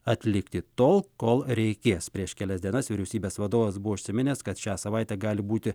atlikti tol kol reikės prieš kelias dienas vyriausybės vadovas buvo užsiminęs kad šią savaitę gali būti